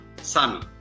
Sami